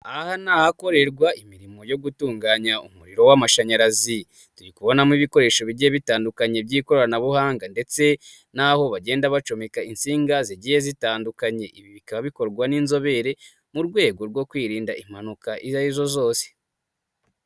Aha ni ahakorerwa imirimo yo gutunganya umuriro w'amashanyarazi, turi kubonamo ibikoresho bigiye bitandukanye by'ikoranabuhanga ndetse n'aho bagenda bacomeka insinga, zigiye zitandukanye, ibi bikaba bikorwa n'inzobere mu rwego rwo kwirinda impanuka, izo arizo zose.